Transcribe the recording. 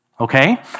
okay